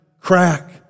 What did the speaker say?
crack